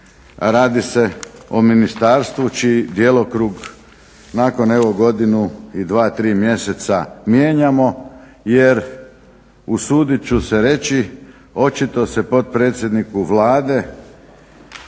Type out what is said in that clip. radi se o ministarstvu čiji djelokrug nakon evo godinu i 2, 3 mjeseca mijenjamo jer usudit ću se reći, očito se potpredsjedniku Vlade